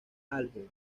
album